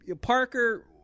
Parker